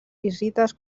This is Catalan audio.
visites